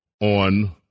on